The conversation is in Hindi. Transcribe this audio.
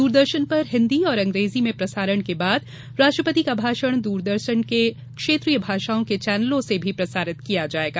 दूरदर्शन पर हिंदी और अंग्रेजी में प्रसारण के बाद राष्ट्रपति का भाषण द्ररदर्शन के क्षेत्रीय भाषाओं के चैनलों से भी प्रसारित किया जाएगा